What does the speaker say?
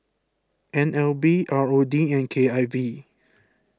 N L B R O D and K I V